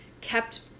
kept